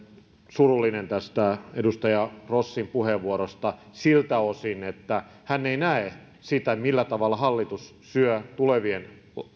surullinen tästä edustaja rossin puheenvuorosta siltä osin että hän ei näe sitä millä tavalla hallitus syö